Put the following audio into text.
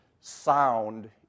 sound